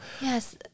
Yes